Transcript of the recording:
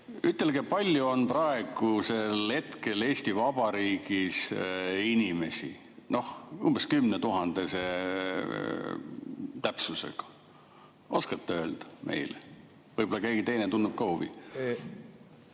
ütelge, kui palju on praegu Eesti Vabariigis inimesi, umbes kümnetuhandese täpsusega. Oskate öelda meile? Võib-olla keegi teine tunneb ka huvi.